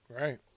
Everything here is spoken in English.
Right